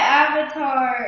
avatar